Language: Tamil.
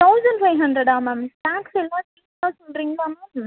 தௌசண்ட் ஃபைவ் ஹண்ட்ரடா மேம் டேக்ஸ் எல்லாம் சேர்த்து தான் சொல்கிறீங்களா மேம்